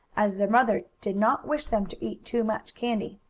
as their mother did not wish them to eat too much candy.